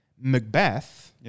Macbeth